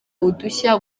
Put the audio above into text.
udushya